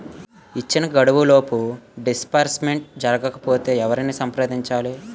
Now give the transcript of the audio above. ఇచ్చిన గడువులోపు డిస్బర్స్మెంట్ జరగకపోతే ఎవరిని సంప్రదించాలి?